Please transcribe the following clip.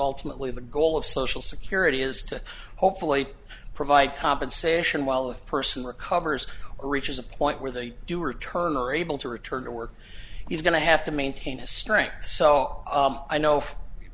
ultimately the goal of social security is to hopefully provide compensation while a person recovers or reaches a point where they do or turn are able to return to work he's going to have to maintain a strength so i know